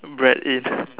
bread in